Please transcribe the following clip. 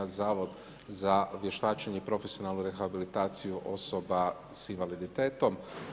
Zavod za vještačenje i profesionalnu rehabilitaciju osoba sa invaliditetom.